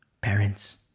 Parents